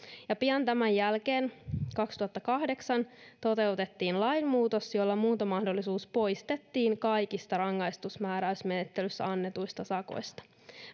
pian tämän jälkeen kaksituhattakahdeksan toteutettiin lainmuutos jolla muuntomahdollisuus poistettiin kaikista rangaistusmääräysmenettelyssä annetuista sakoista